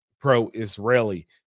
pro-israeli